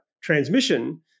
transmission